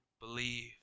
believe